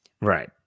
Right